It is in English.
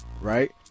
right